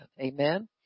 amen